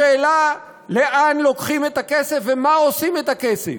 השאלה לאן לוקחים את הכסף ומה עושים עם הכסף,